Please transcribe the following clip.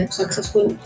successful